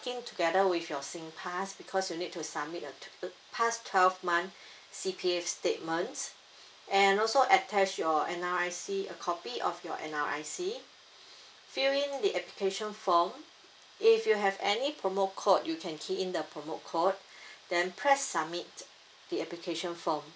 in together with your singpass because you need to submit your uh past twelve month C_P_F statements and also attach your N_R_I_C a copy of your N_R_I_C fill in the application form if you have any promo code you can key in the promo code then press submit the application form